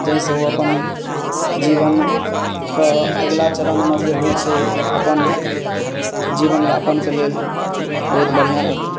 जाहिसँ ओ अपन जीवनके अगिला चरण मऽ जे होइ छै अपन जीवनयापनके लेल बहुत बढ़ियाँ रहतै